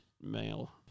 male